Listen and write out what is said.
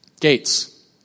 Gates